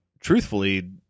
truthfully